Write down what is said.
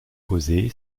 posée